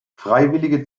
freiwillige